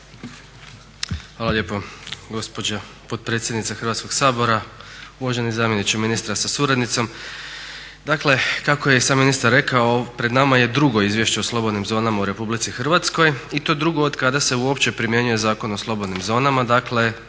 Hvala lijepo gospođo potpredsjednice Hrvatskog sabora, uvaženi zamjeniče ministra sa suradnicom. Dakle, kako je sam ministar rekao pred nama je drugo izvješće o slobodnim zonama u Republici Hrvatskoj i to drugo od kada se uopće primjenjuje Zakon o slobodnim zonama. Dakle,